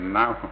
now